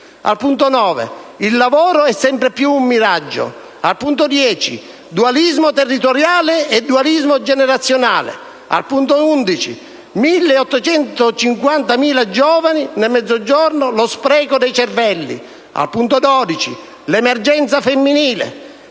9: «Il lavoro è sempre più un miraggio». Punto 10: «Dualismo territoriale e dualismo generazionale». Punto 11: «1.850 mila giovani NEET nel Mezzogiorno, lo spreco dei cervelli». Punto 12: «L'emergenza femminile».